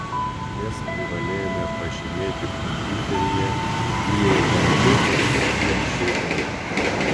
jas privalėjome pažymėti kompiuteryje įeidami ir išeidami